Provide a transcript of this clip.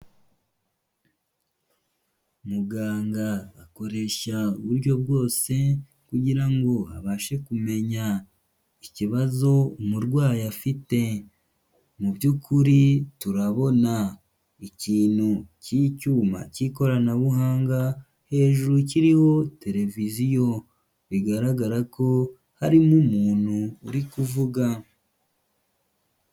Muganga akoresha uburyo bwose kugira ngo abashe kumenya ikibazo umurwayi afite, mu by'ukuri turabona ikintu cy'icyuma cy'ikoranabuhanga hejuru kiriho televiziyo, bigaragara ko harimo umuntu uri kuvuga.